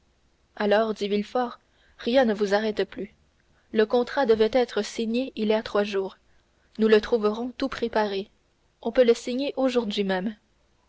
alors dit villefort rien ne vous arrête plus le contrat devait être signé il y a trois jours nous le trouverons tout préparé on peut le signer aujourd'hui même